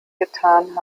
getan